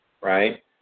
Right